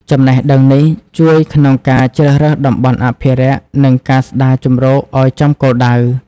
ចំណេះដឹងនេះជួយក្នុងការជ្រើសរើសតំបន់អភិរក្ស និងការស្តារជម្រកឲ្យចំគោលដៅ។